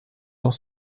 dans